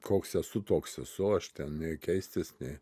koks esu toks esu aš ten nei keistis nei